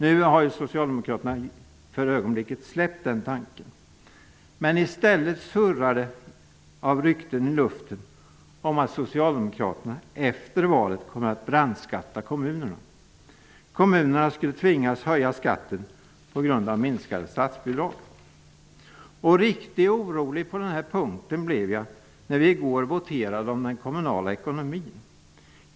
Nu har socialdemokraterna för ögonblicket släppt denna tanke. Men i stället surrar det av rykten i luften om att socialdemokraterna efter valet kommer att brandskatta kommunerna. Kommunerna skulle tvingas att höja skatten på grund av minskade statsbidrag. Riktigt orolig på den här punkten blev jag när vi i går voterade om den kommunala ekonomin.